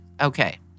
Okay